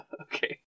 Okay